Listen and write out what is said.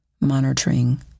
Monitoring